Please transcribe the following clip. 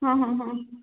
हां हां हां